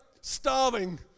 starving